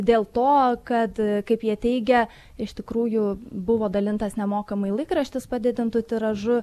dėl to kad kaip jie teigia iš tikrųjų buvo dalintas nemokamai laikraštis padidintu tiražu